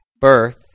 birth